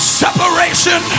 separation